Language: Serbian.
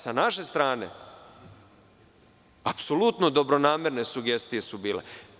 Sa naše strane apsolutno dobronamerne sugestije su bile.